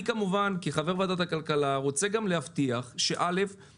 אני כמובן כחבר ועדת הכלכלה רוצה גם להבטיח שלמרות